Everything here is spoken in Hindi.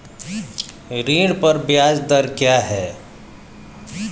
ऋण पर ब्याज दर क्या है?